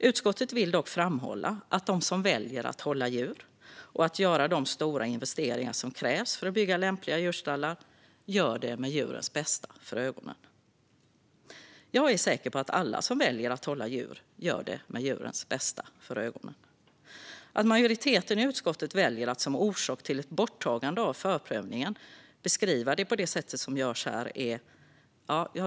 Utskottet vill dock framhålla att de som väljer att hålla djur, och att göra de stora investeringar som krävs för att bygga lämpliga djurstallar, gör det med djurens bästa för ögonen." Jag är säker på att alla som väljer att hålla djur gör det med djurens bästa för ögonen. Jag vet faktiskt inte vad jag ska säga om att majoriteten i utskottet väljer att som orsak till ett borttagande av förprövningen beskriva det på det sätt som görs här.